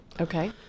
Okay